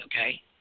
okay